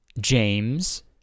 James